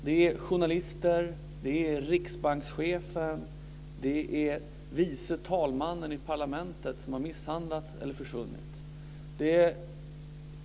Det är journalister, riksbankschefen och vice talmannen i parlamentet som har misshandlats eller försvunnit.